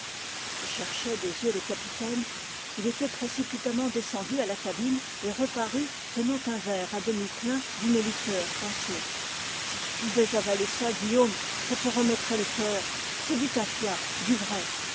je cherchai des yeux le capitaine il était précipitamment descendu à la cabine et reparut tenant un verre à demi plein d'une liqueur foncée si tu pouvais avaler ça guillaume ça te remettrait le cœur c'est du tafia du vrai